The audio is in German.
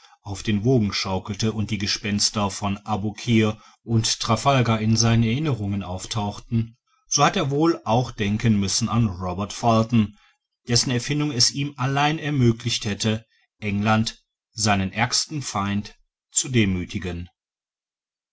auf den wogen schaukelte und die gespenster von abukir und trafalgar in seiner erinnerung auftauchten so hat er wohl auch denken müssen an robert fulton dessen erfindung es ihm allein ermöglicht hätte england seinen ärgsten feind zu demüthigen